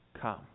come